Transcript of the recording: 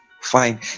fine